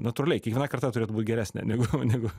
natūraliai kiekviena karta turėtų būt geresnė negu negu